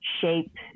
shape